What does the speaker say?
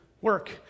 work